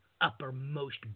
uppermost